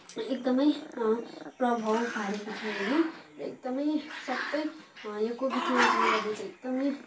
एकदमै प्रभाव पारेको थियो होइन र एकदमै सबै यो कोभिड नाइन्टिनले गर्दा चाहिँ एकदमै